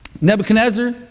Nebuchadnezzar